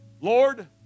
Lord